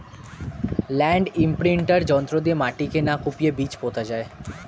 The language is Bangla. ল্যান্ড ইমপ্রিন্টার যন্ত্র দিয়ে মাটিকে না কুপিয়ে বীজ পোতা যায়